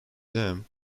them